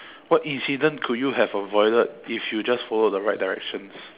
what incident could you have avoided if you just followed the right directions